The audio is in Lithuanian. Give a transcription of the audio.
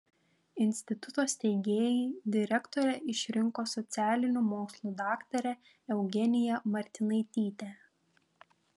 instituto steigėjai direktore išrinko socialinių mokslų daktarę eugeniją martinaitytę